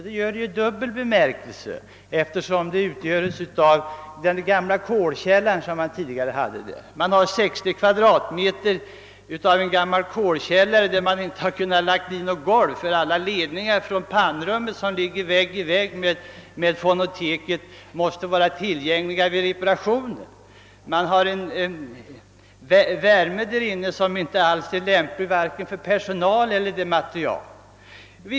Det gör det i dubbel bemärkelse, eftersom fonoteket disponerar 60 kvadratmeter av en gammal kolkällare, i vilken man inte ens kunnat lägga in något golv på grund av att alla ledningar från pannrummet, som ligger vägg i vägg med fonoteket, måste vara tillgängliga för reparationer. Värmen i lokalen är inte lämplig vare sig för personalen eller materialet.